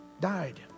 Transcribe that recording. died